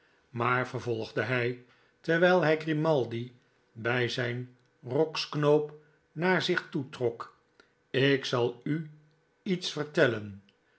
maar vervolgde hij terwijl hij grimaldi bij zijn roksknoop naar zich toetrok ik zal u iets vertellen